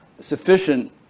sufficient